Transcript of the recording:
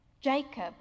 Jacob